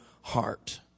heart